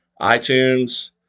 iTunes